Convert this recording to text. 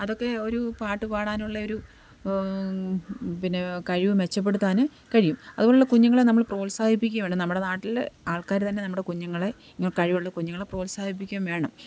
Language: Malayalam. അതൊക്കെ ഒരു പാട്ടുപാടാനുള്ള ഒരു പിന്നെ കഴിവ് മെച്ചപ്പെടുത്താൻ കഴിയും അതുപോലുള്ള കുഞ്ഞുങ്ങളെ നമ്മൾ പ്രോത്സാഹിപ്പിക്കുകയാണെങ്കിൽ നമ്മുടെ നാട്ടിൽ ആൾക്കാർ തന്നെ നമ്മുടെ കുഞ്ഞുങ്ങളെ ഇങ്ങനെ കഴിവുള്ള കുഞ്ഞുങ്ങളെ പ്രോത്സാഹിപ്പിക്കുകയും വേണം